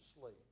sleep